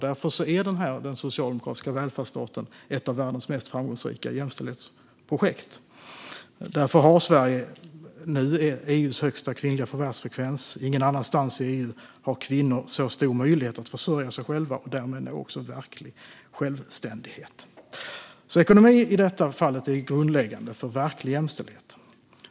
Därför är den socialdemokratiska välfärdsstaten ett av världens mest framgångsrika jämställdhetsprojekt, och därför har Sverige nu EU:s högsta kvinnliga förvärvsfrekvens. Ingen annanstans i EU har kvinnor så stor möjlighet att försörja sig själva och därmed också uppnå verklig självständighet. Ekonomi är i detta fall grundläggande för verklig jämställdhet.